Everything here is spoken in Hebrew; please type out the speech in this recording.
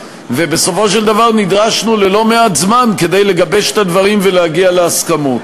ובסופו של דבר נדרשנו ללא מעט זמן כדי לגבש את הדברים ולהגיע להסכמות.